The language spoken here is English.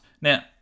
Now